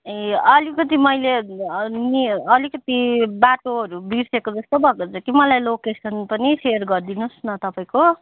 ए अलिकति मैले नि अलिकति बाटोहरू बिर्सेको जस्तै भएको छ कि मलाई लोकेसन पनि सेयर गरिदिनु होस् न तपाईँको